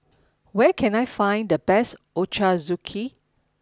where can I find the best Ochazuke